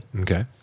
Okay